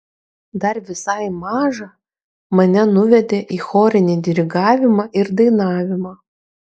dar visai mažą mane nuvedė į chorinį dirigavimą ir dainavimą